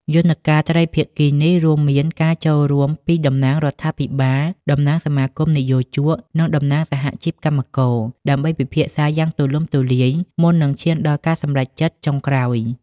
យន្តការត្រីភាគីនេះរួមមានការចូលរួមពីតំណាងរដ្ឋាភិបាល តំណាងសមាគមនិយោជក និងតំណាងសហជីពកម្មករ ដើម្បីពិភាក្សាយ៉ាងទូលំទូលាយមុននឹងឈានដល់ការសម្រេចចិត្តចុងក្រោយ។